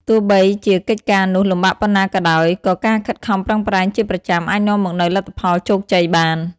ទោះបីជាកិច្ចការនោះលំបាកប៉ុណ្ណាក៏ដោយ ក៏ការខិតខំប្រឹងប្រែងជាប្រចាំអាចនាំមកនូវលទ្ធផលជោគជ័យបាន។